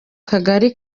kagari